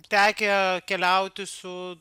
tekę keliauti su